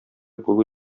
булу